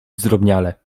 zdrobniale